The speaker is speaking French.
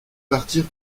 partir